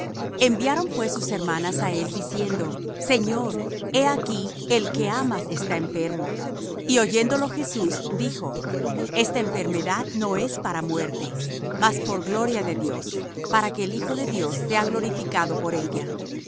enviaron pues sus hermanas á él diciendo señor he aquí el que amas está enfermo y oyéndolo jesús dijo esta enfermedad no es para muerte mas por gloria de dios para que el hijo de dios sea glorificado por ella